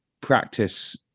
practice